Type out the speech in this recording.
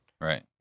Right